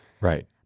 Right